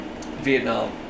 Vietnam